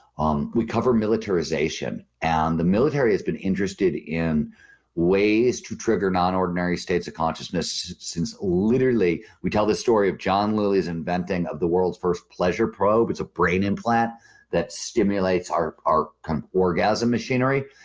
um we cover militarization. and the military has been interested in ways to trigger non-ordinary states of consciousness since literally, we tell the story of john lilly's inventing of the world's first pleasure probe. it's a brain implant that stimulates our our kind of orgasm machinery.